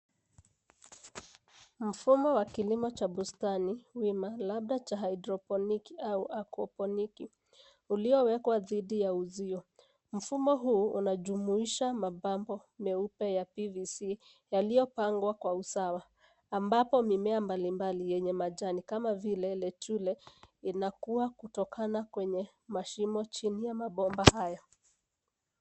Mfumo wa kilimo cha bustani wima labda cha haidroponiki au akuaponiki uliowekwa dhidi ya uzio. Mfumo huu unajumuisha mabomba meupe ya PVC yaliyopangwa kwa usawa, ambapo mimea mbalimbali yenye majani kama vile letule inakua kutokana kwenye mashimo chini ya mabomba haya.